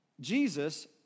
Jesus